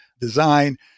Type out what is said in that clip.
design